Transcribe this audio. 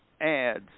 ads